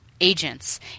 Agents